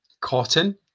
cotton